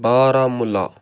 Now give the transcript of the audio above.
Baramulla